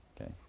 Okay